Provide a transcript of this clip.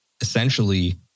essentially